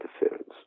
interference